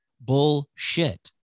Bullshit